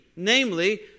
Namely